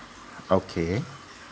okay